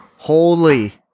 Holy